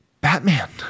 Batman